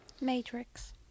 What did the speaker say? Matrix